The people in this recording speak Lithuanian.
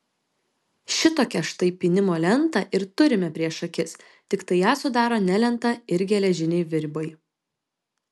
šitokią štai pynimo lentą ir turime prieš akis tiktai ją sudaro ne lenta ir geležiniai virbai